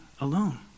alone